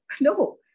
No